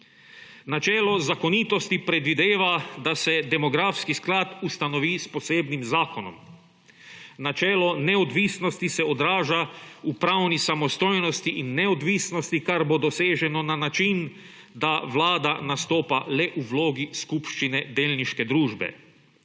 Načelo zakonitosti predvideva, da se demografski sklad ustanovi s posebnim zakonom. Načelo neodvisnosti se odraža v pravni samostojnosti in neodvisnosti, kar bo doseženo na način, da vlada nastopa le v vlogi skupščine delniške družbe.